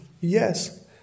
yes